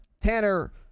Tanner